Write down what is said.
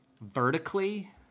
vertically